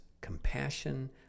compassion